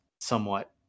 somewhat